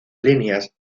líneas